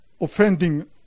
offending